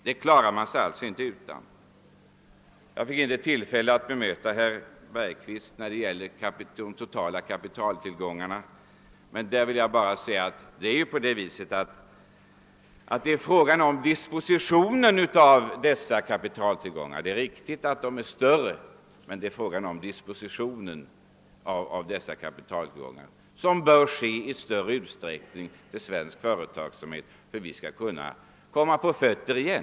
Det klarar man sig alltså inte utan. Jag fick inte tillfälle att bemöta herr Bergqvist beträffande de totala kapitaltillgångarna. På den punkten vill jag bara säga att vad det gäller är frågan om dispositionen av dessa kapitaltillgångar. Det är riktigt att de är större, men det gäller som sagt dispositionen av dessa kapitaltillgångar, som i större utsträckning bör gå till svensk företagsamhet för att vi skall komma på fötter igen.